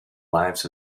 lives